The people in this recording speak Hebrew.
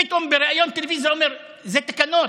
פתאום בריאיון טלוויזיוני הוא אומר: זה תקנות,